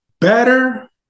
better